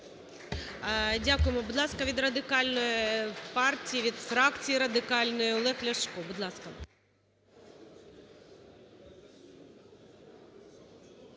Дякуємо. Будь ласка, від Радикальної партії, від фракції радикальної Олег Ляшко, будь ласка.